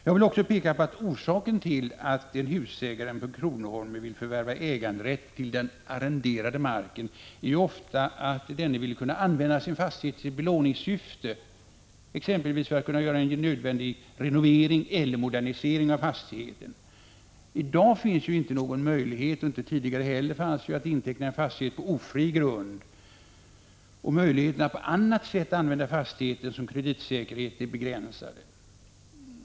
Jag vill också peka på orsaken till att en husägare på en kronoholme vill förvärva äganderätt till den arrenderade marken ofta är att han vill kunna använda sin fastighet i belåningssyfte, exempelvis för att kunna göra en nödvändig renovering eller modernisering av fastigheten. Någon möjlighet att inteckna en fastighet på ofri grund finns inte i dag och har inte heller funnits tidigare, och möjligheterna att på annat sätt använda fastigheten som kreditsäkerhet är begränsade.